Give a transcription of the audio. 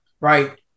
Right